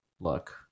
luck